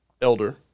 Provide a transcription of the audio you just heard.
Elder